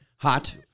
Hot